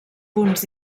punts